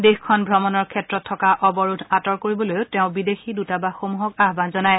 দেশখন ভ্ৰমণৰ ক্ষেত্ৰত থকা অৱৰোধ আঁতৰ কৰিবলৈও তেওঁ বিদেশী দৃতাবাসসমূহক আহান জনায়